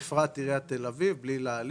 בפרט עיריית תל אביב; בלי להעליב,